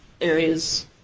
areas